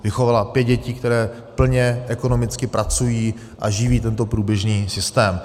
Vychovala pět dětí, které plně ekonomicky pracují a živí tento průběžný systém.